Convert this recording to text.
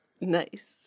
Nice